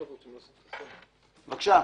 בבקשה.